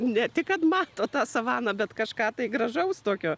ne tik kad mato tą savaną bet kažką gražaus tokio